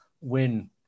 win